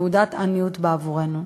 תעודת עניות בעבורנו.